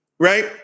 Right